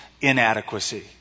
inadequacy